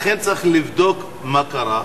לכן צריך לבדוק מה קרה,